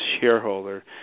shareholder